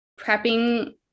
prepping